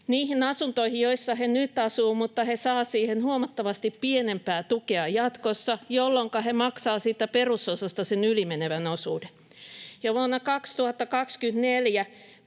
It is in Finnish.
niihin asuntoihin, joissa he nyt asuvat, mutta he saavat niihin huomattavasti pienempää tukea jatkossa, jolloinka he maksavat siitä perusosasta sen yli menevän osuuden. Vuonna 2024